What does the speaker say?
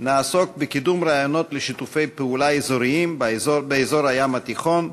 נעסוק בקידום רעיונות לשיתוף פעולה אזורי באזור הים התיכון,